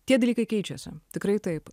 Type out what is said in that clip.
tie dalykai keičiasi tikrai taip